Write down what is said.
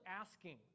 asking